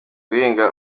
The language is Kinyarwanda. guhinga